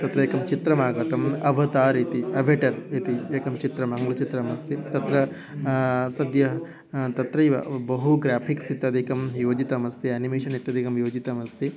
तत्रेकं चित्रम् आगतम् अवतार् इति अवेटर् इति एकं चित्रम् आङ्ग्लचित्रमस्ति तत्र सद्य तत्रैव बहु ग्राफ़िक्स् इत्यादिकं योजितमस्ति अनिमेशन् इत्यादिकं योजितमस्ति